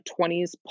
20s